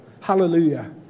Hallelujah